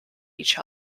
each